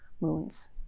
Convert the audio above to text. moons